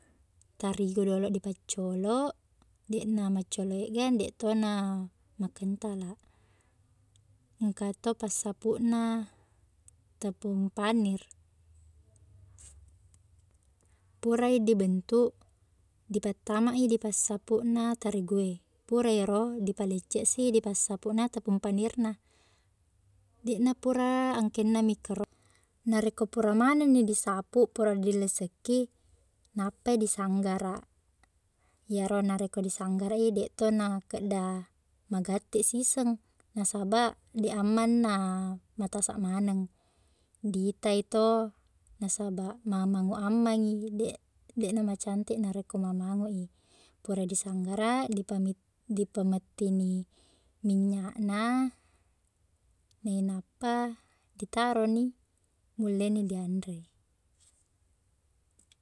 Tarigu doloq dipaccoloq deqna maccoloq e ga deq to na makentalaq engka to passapuqna tepung panir purai dibentuk dipattama i dipassapuqna terigu e pura ero dipalecceqsi dipassapuqna tepung panirna deqna pura angkennami koro narekko pura manengni disapuq pura dilisekki nappai disanggaraq iyero narekko disanggaraq i deq to makkedda magatti siseng nasabaq deq amma na matasaq maneng diitai to nasabaq mamanguq amma i deq- deqna macantik narekko mamanguq i pura disanggaraq dipamit- dipamettini minyakna nainappa ditaroni mulleni dianre